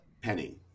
Penny